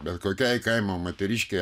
bet kokiai kaimo moteriškei